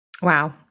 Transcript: Wow